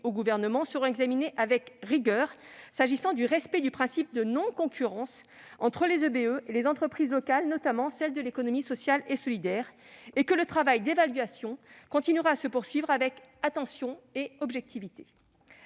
au Gouvernement seront examinées avec rigueur s'agissant du respect du principe de non-concurrence entre les entreprises à but d'emploi (EBE) et les entreprises locales, notamment celles de l'économie sociale et solidaire, et que le travail d'évaluation continuera à se poursuivre avec attention et objectivité.